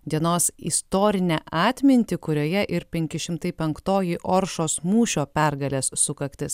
dienos istorinę atmintį kurioje ir penki šimtai penktoji oršos mūšio pergalės sukaktis